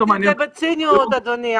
אמרתי את זה בציניות, אדוני.